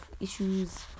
issues